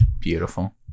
Beautiful